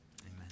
amen